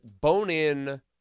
bone-in